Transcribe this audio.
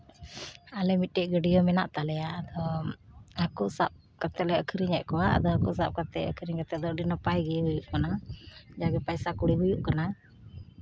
ᱟᱞᱮ ᱢᱤᱫᱴᱮᱡ ᱜᱟᱹᱰᱭᱟᱹ ᱢᱮᱱᱟᱜ ᱛᱟᱞᱮᱭᱟ ᱟᱫᱚ ᱦᱟᱹᱠᱩ ᱥᱟᱵ ᱠᱟᱛᱮ ᱞᱮ ᱟ ᱠᱷᱨᱤᱧᱮᱜ ᱠᱚᱣᱟ ᱟᱫᱚ ᱦᱟᱹᱠᱩ ᱥᱟᱵ ᱠᱟᱛᱮ ᱟ ᱠᱷᱨᱤᱧ ᱠᱟᱛᱮ ᱫᱚ ᱟᱹᱰᱤ ᱱᱟᱯᱟᱭ ᱜᱮ ᱦᱩᱭᱩᱜ ᱠᱟᱱᱟ ᱡᱟᱜᱮ ᱯᱚᱭᱥᱟ ᱠᱩᱲᱤ ᱦᱩᱭᱩᱜ ᱠᱟᱱᱟ